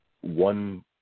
one